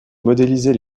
modéliser